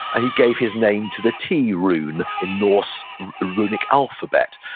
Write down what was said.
he gave his name to the t rune in norse runic alphabet.